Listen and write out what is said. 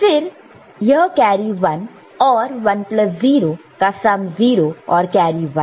फिर से यह कैरी 1 और 10 का सम 0 और कैरी 1